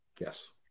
Yes